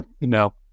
No